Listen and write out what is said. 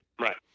Right